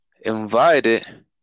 invited